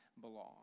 belong